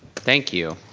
thank you.